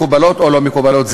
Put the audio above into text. מקובלות או לא מקובלות,